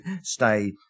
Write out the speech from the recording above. stay